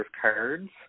cards